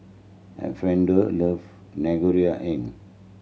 Alfreda love